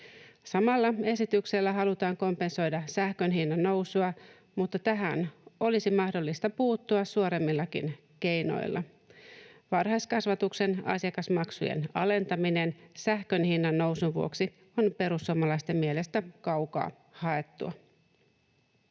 Samalla esityksellä halutaan kompensoida sähkön hinnan nousua, mutta tähän olisi mahdollista puuttua suoremmillakin keinoilla. Varhaiskasvatuksen asiakasmaksujen alentaminen sähkön hinnan nousun vuoksi on perussuomalaisten mielestä kaukaa haettua.